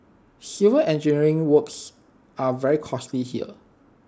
civil engineering works are very costly here